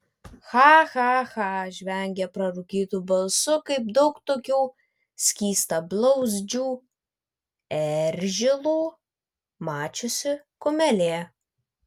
cha cha cha žvengia prarūkytu balsu kaip daug tokių skystablauzdžių eržilų mačiusi kumelė